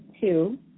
two